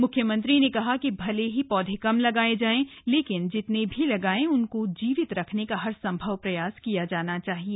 मुख्यमंत्री ने कहा कि भले ही पौधे कम लगाए जाएं लेकिन जितने भी लगाए उनको जीवित रखने का हर सम्भव प्रयास किया जाना चाहिए